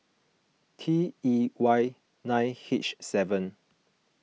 T E Y nine H seven